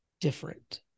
different